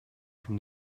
from